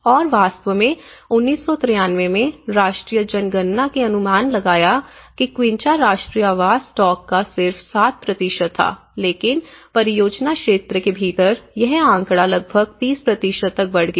और वास्तव में 1993 में राष्ट्रीय जनगणना ने अनुमान लगाया कि क्विंचा राष्ट्रीय आवास स्टॉक का सिर्फ 7 था लेकिन परियोजना क्षेत्र के भीतर यह आंकड़ा लगभग 30 तक बढ़ गया